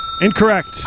Incorrect